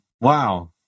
Wow